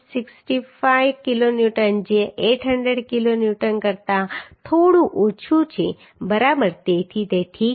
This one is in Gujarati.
65 કિલોન્યુટન જે 800 કિલોન્યુટન કરતાં થોડું ઓછું છે બરાબર તેથી તે ઠીક છે